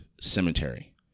cemetery